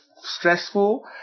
Stressful